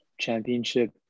championship